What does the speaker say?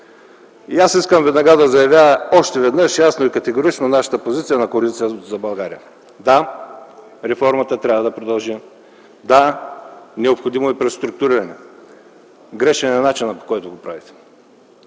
Искам веднага да заявя още веднъж ясно и категорично позицията на Коалиция за България: да, реформата трябва да продължи, да, необходимо е преструктуриране. Грешен е начинът, по който го правите,